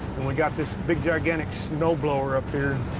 and we got this big, gigantic snow blower up here